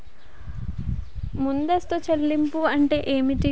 ముందస్తు చెల్లింపులు అంటే ఏమిటి?